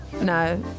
No